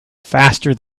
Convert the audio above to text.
faster